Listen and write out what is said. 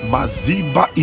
Maziba